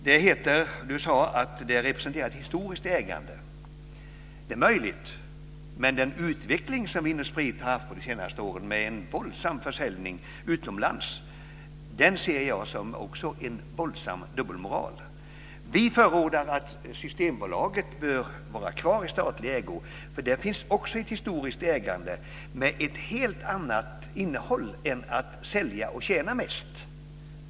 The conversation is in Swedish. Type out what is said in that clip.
Lennart Beijer sade att det representerar ett historiskt ägande. Det är möjligt. Men den utveckling som Vin & Sprit har haft de senaste åren, med en våldsam försäljning utomlands, ser jag också som en våldsam dubbelmoral. Vi förordar att Systembolaget bör vara kvar i statlig ägo. Där finns också ett historiskt ägande, men med ett helt annat innehåll än att sälja och tjäna mest.